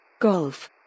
Golf